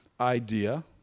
idea